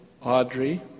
Audrey